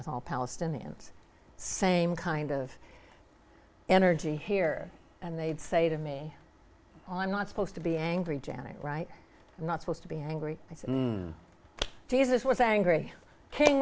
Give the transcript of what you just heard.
with all palestinians same kind of energy here and they'd say to me i'm not supposed to be angry janet right i'm not supposed to be angry i said jesus was angry king